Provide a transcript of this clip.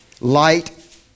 light